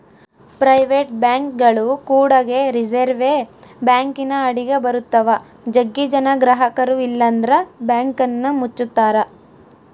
private ಬ್ಯಾಂಕ್ಗಳು ಕೂಡಗೆ reserve ಬ್ಯಾಂಕಿನ ಅಡಿಗ ಬರುತ್ತವ, ಜಗ್ಗಿ ಜನ ಗ್ರಹಕರು ಇಲ್ಲಂದ್ರ ಬ್ಯಾಂಕನ್ನ ಮುಚ್ಚುತ್ತಾರ